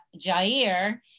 Jair